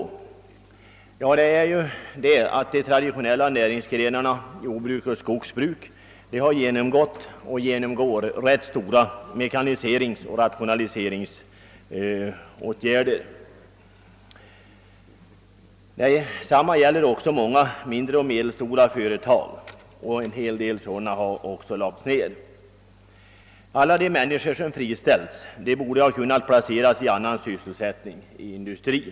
Orsaken är väl att de traditionella näringsgrenarna jordbruk och skogsbruk har genomgått och genomgår rätt omfattande mekaniseringsoch = rationaliseringsprocesser. Detsamma gäller många mindre och medelstora företag, och en hel del sådana har också lagts ned. Alla de människor som friställts borde ha kunnnat placeras i annan sysselsättning inom industrin.